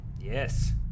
Yes